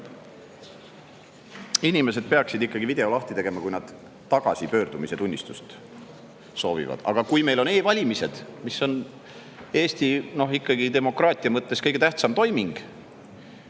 inimesed peaksid video ikkagi lahti tegema, kui nad tagasipöördumistunnistust soovivad. Aga kui meil on e-valimised, mis on Eesti demokraatia mõttes kõige tähtsam toiming,